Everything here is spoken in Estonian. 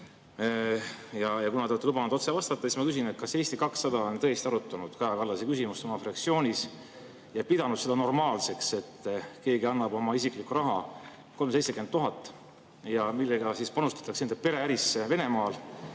saa. Kuna te olete lubanud otse vastata, siis ma küsin: kas Eesti 200 on tõesti arutanud Kaja Kallase küsimust oma fraktsioonis ja pidanud seda normaalseks, et keegi annab oma isiklikku raha 370 000 [eurot], millega panustatakse enda pereärisse Venemaal?